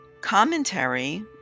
Commentary